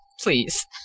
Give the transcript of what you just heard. Please